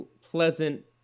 pleasant